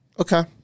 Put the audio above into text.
Okay